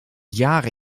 jaren